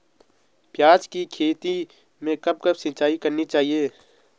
प्याज़ की खेती में कब कब सिंचाई करनी चाहिये?